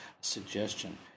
suggestion